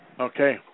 Okay